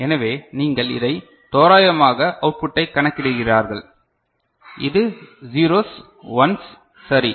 எனவே நீங்கள் இதை தோராயமாக அவுட்புட்டை கணக்கிடுகிறார்கள் இந்த 0s 1s சரி